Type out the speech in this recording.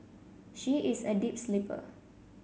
she is a deep sleeper